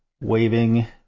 waving